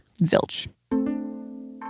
Zilch